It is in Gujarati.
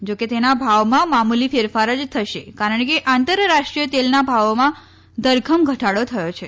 જો કે તેના ભાવમાં મામુલી ફેરફાર જ થશે કારણ કે આંતરરાષ્ટ્રીય તેલના ભાવોમાં ધરખમ ઘટાડો થયો છે